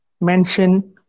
mention